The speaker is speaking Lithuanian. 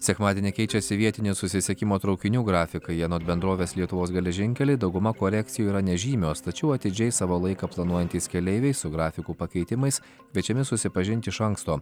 sekmadienį keičiasi vietinio susisiekimo traukinių grafikai anot bendrovės lietuvos geležinkeliai dauguma korekcijų yra nežymios tačiau atidžiai savo laiką planuojantys keleiviai su grafikų pakeitimais kviečiami susipažinti iš anksto